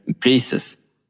places